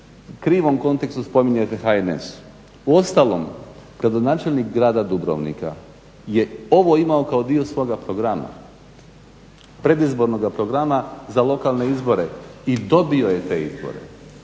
krivom kontekstu spominjete HNS. Uostalom, gradonačelnik grada Dubrovnika je ovo imao kao dio svoga programa, predizbornoga programa za lokalne izbore i dobio je te izbore.